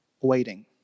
waiting